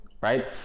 right